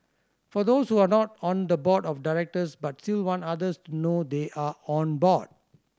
for those who are not on the board of directors but still want others to know they are on board